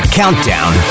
countdown